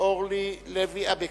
אורלי לוי אבקסיס,